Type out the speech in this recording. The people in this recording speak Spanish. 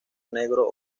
negro